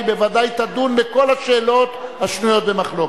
בוודאי תדון בכל השאלות השנויות במחלוקת.